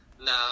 no